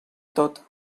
tot